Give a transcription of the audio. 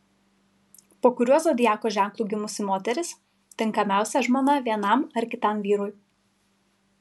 po kuriuo zodiako ženklu gimusi moteris tinkamiausia žmona vienam ar kitam vyrui